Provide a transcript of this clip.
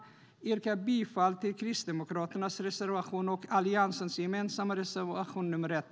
Jag yrkar bifall till Kristdemokraternas och Alliansens gemensamma reservation nr 1.